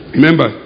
Remember